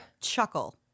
Chuckle